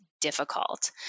difficult